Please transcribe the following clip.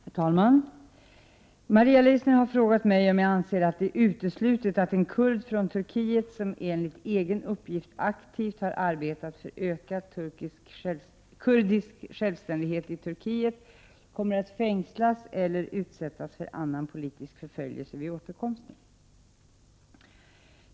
Herr talman! Maria Leissner har frågat mig om jag anser att det är uteslutet att en kurd från Turkiet, som enligt egen uppgift aktivt har arbetat för ökad kurdisk självständighet i Turkiet, kommer att fängslas eller utsättas för annan politisk förföljelse vid återkomsten.